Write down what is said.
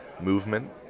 movement